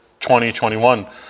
2021